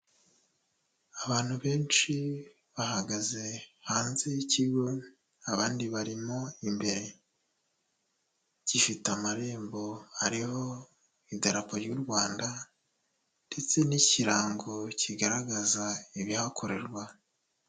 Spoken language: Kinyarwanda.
Abantu benshi bahagaze hanze y'ikigo, abandi barimo imbere. Gifite amarembo ariho idarapo ry'u Rwanda ndetse n'ikirango kigaragaza ibihakorerwa.